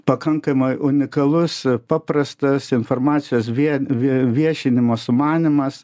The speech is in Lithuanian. pakankamai unikalus paprastas informacijos vien vi viešinimo sumanymas